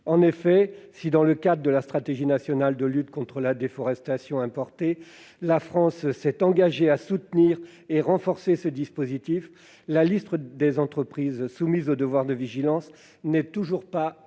engagée, dans le cadre de la stratégie nationale de lutte contre la déforestation importée, à soutenir et à renforcer ce dispositif, la liste des entreprises soumises au devoir de vigilance n'est toujours pas